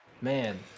man